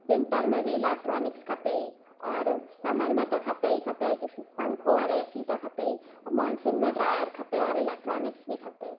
winter में बि electronics खपे ई और समर में त खपे ई खपे पंखो और ए सी त खपे ऐं मॉनसून में ड्रायर खपे और इलेक्ट्रॉनिक्स बि खपे